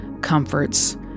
comforts